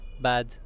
bad